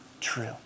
true